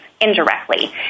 indirectly